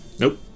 Nope